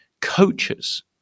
coaches